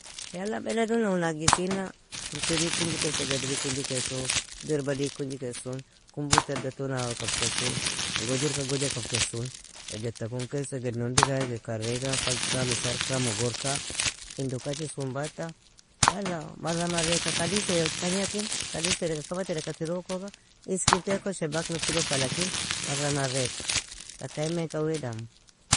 يلا beledunna un agjisina, urtri kunjikes egedri kunjikesu, dirbadi kunjikesu, kumbu taddo ton awa kabkesun, gojirka goja kabkesun, egedta kunkesu egedn ondiga eged karega, fagka, misarka, mogorka, indo kachisun bata, yala marra marreka kadisea tagna kin, kadis tereka kaba tereka tirukoga, iskinte ekon shebakn ufilo fala kin marra marreka. Taka imeanka wea damu.